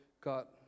got